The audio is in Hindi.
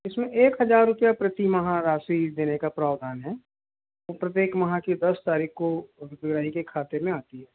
इस में एक हज़ार रुपये प्रति माह राशि देने का प्रावधान है प्रत्येक माह की दस तारीख़ को के खाते में आती है